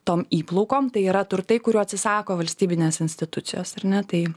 tom įplaukom tai yra turtai kurių atsisako valstybinės institucijos ar ne tai